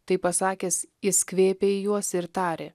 tai pasakęs jis kvėpė į juos ir tarė